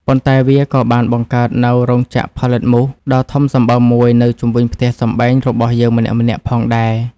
ប៉ុន្តែវាក៏បានបង្កើតនូវ រោងចក្រផលិតមូស ដ៏ធំសម្បើមមួយនៅជុំវិញផ្ទះសម្បែងរបស់យើងម្នាក់ៗផងដែរ។